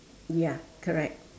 ya correct